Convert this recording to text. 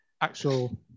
actual